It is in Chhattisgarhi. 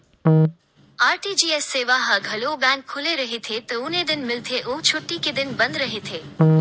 आर.टी.जी.एस सेवा ह घलो बेंक खुले रहिथे तउने दिन मिलथे अउ छुट्टी के दिन बंद रहिथे